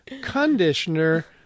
conditioner